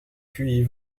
puis